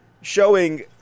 showing